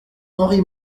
henri